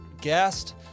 guest